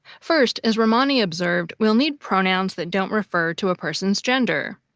first, as ramani observed, we'll need pronouns that don't refer to a person's gender.